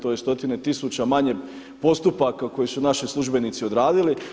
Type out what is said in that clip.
To je stotina tisuća manje postupaka koje su naši službenici odradili.